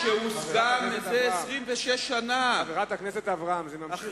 חברת הכנסת אברהם, אי-אפשר כך.